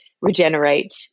regenerate